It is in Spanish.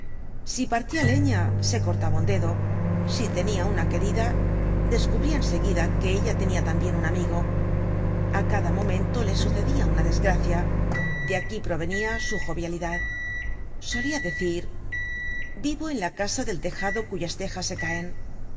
si partia leña se cortaba un dedo si tenia una querida descubria en seguida que ella tenia tambien un amigo a cada momento le sucedia una desgracia de aquí provenia su jovialidad solia decir vivo en la casa del tejado cuyas tejas se caen